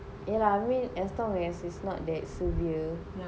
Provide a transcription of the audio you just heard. yeah lah I mean as long as it's not that severe